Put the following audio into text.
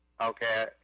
Okay